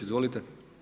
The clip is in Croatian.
Izvolite.